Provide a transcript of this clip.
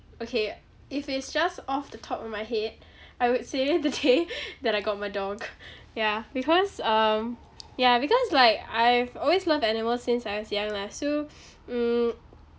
okay if it's just off the top of my head I would say the day that I got my dog yeah because um ya because like I've always loved animal since I was young lah so mm